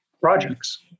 projects